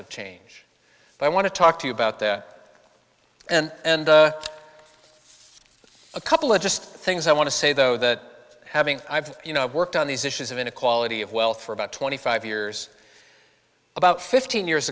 of change but i want to talk to you about that and a couple of just things i want to say though that having i've you know worked on these issues of inequality of wealth for about twenty five years about fifteen years